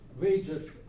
Wages